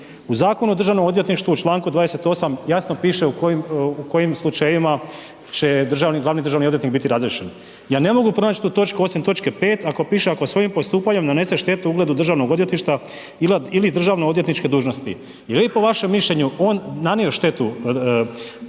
U Zakonu o državnom odvjetništvu u čl. 28. jasno piše u kojim, u kojim slučajevima će državni, glavni državni odvjetnik biti razriješen. Ja ne mogu pronać tu točku osim točke 5. ako, piše, ako svojim postupanjem nanese štetu ugledu državnog odvjetništva ili državno odvjetničke dužnosti. Je li po vašem mišljenju on nanio štetu